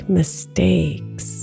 mistakes